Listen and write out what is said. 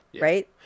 right